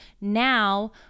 now